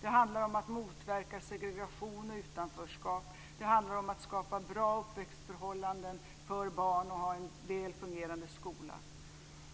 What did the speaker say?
Det handlar om att motverka segregation och utanförskap. Det handlar om att skapa bra uppväxtförhållanden för barn och ha en väl fungerande skola.